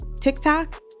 TikTok